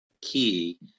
key